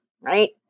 right